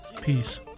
Peace